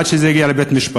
עד שזה יגיע לבית-משפט.